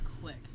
quick